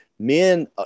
Men